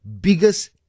biggest